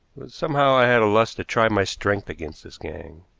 somehow i had a lust to try my strength against this gang,